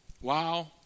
wow